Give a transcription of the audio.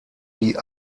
die